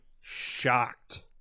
shocked